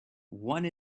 one